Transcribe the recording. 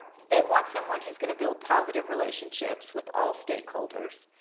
they want someone who's gonna build positive relationships with all stakeholders,